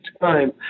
time